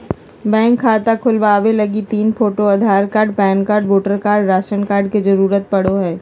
bank खाता खोलबावे लगी तीन photo, Aadhaar card, PAN card, voter card, ration card के जरूरत पड़ो हय